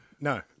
No